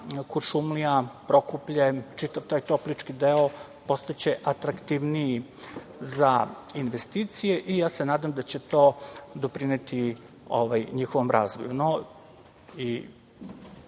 Kuršumlija, Prokuplje, čitav taj toplički deo postaće atraktivniji za investicije i ja se nadam da će to doprineti njihovom razvoju. Ne